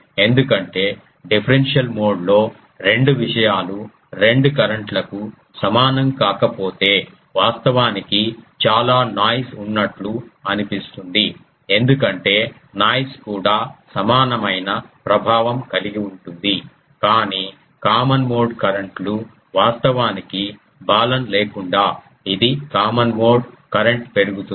ఎందుకంటే డిఫరెన్షియల్ మోడ్లో రెండు విషయాలు రెండు కరెంట్ లకు సమానం కాకపోతే వాస్తవానికి చాలా నాయిస్ ఉన్నట్లు అనిపిస్తుంది ఎందుకంటే నాయిస్ కూడా సమానమైన ప్రభావం కలిగి ఉంటుంది కాని కామన్ మోడ్ కరెంట్ లు వాస్తవానికి బాలన్ లేకుండా ఇది కామన్ మోడ్ కరెంట్ పెరుగుతుంది